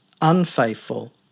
unfaithful